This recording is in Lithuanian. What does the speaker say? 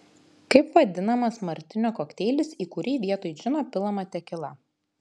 kaip vadinamas martinio kokteilis į kurį vietoj džino pilama tekila